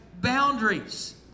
boundaries